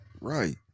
Right